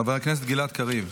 חבר הכנסת גלעד קריב.